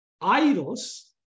idols